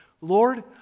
Lord